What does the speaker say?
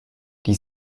die